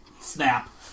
Snap